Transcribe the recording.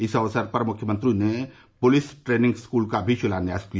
इस अवसर पर मुख्यमंत्री ने पुलिस ट्रेनिंग स्कूल का भी शिलान्यास किया